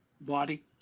body